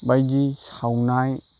बायदि सावनाय